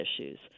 issues